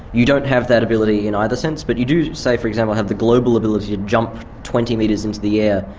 you don't have that ability in either sense, but you do, say, for example, have the global ability to jump twenty metres into the air,